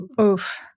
Oof